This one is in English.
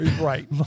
Right